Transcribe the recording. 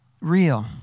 real